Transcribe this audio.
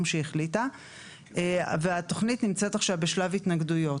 שהיא החליטה והתכנית נמצאת עכשיו בשלב התנגדויות.